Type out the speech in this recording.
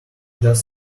just